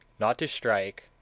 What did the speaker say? not to strike,